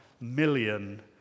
million